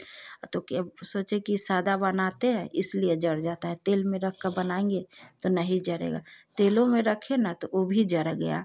सोचे कि सादा बनाते हैं इसलिए जल जाता है तेल में रख कर बनाएँगे तो नहीं जलेगा तेलो में रखे न तो वह भी जल गया